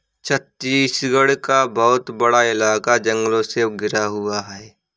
छत्तीसगढ़ का बहुत बड़ा इलाका जंगलों से घिरा हुआ है